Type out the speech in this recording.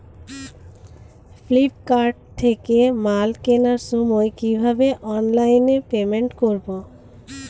Flipkart থেকে মাল কেনার সময় কিভাবে অনলাইনে পেমেন্ট করব?